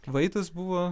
vaitas buvo